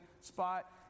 spot